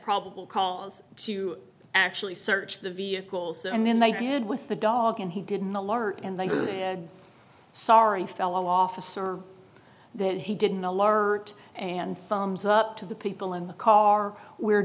probable cause to actually search the vehicles and then they did with the dog and he didn't alert and they said sorry fellow officer that he didn't alert and thumbs up to the people in the car we're